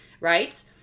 right